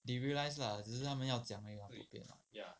they they realise lah 只是他们要讲而已 loh bo pian